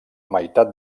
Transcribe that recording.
meitat